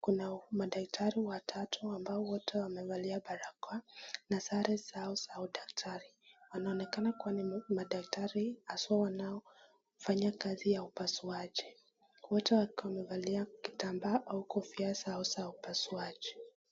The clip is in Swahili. kuna madaktari watatu ambao wote wamevalia barakoa na sare zao za udaktari, wanaonekana, kuwa ni madaktari haswa wanaofanya kazi ya upasuaji, wote wakiwa wamevalia kitambaa au kofia zao za upasuaji.